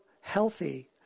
healthy